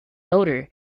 oder